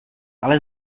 ale